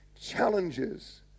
challenges